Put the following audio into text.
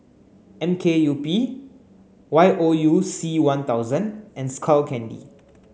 M K U P Y O U C one thousand and Skull Candy